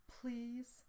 Please